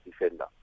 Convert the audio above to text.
defender